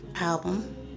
Album